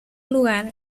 lugar